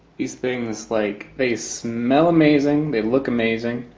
these things like they smell amazing. they look amazing.